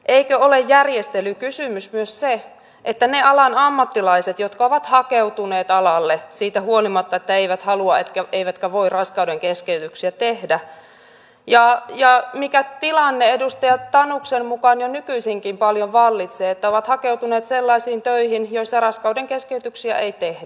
eikö ole järjestelykysymys myös se että ne alan ammattilaiset jotka ovat hakeutuneet alalle siitä huolimatta että eivät halua eivätkä voi raskaudenkeskeytyksiä tehdä mikä tilanne edustaja tanuksen mukaan jo nykyisinkin paljon vallitsee ovat hakeutuneet sellaisiin töihin joissa raskaudenkeskeytyksiä ei tehdä